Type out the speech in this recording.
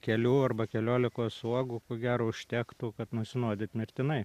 kelių arba keliolikos uogų ko gero užtektų kad nusinuodyt mirtinai